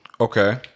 Okay